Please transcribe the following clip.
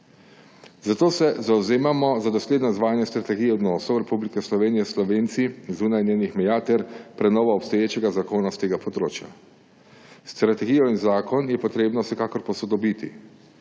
Zato se zavzemamo za dosledno izvajanje strategije odnosov Republike Slovenije s Slovenci zunaj njenih meja ter prenovo obstoječega zakona s tega področja. Strategijo in zakon je treba vsekakor posodobiti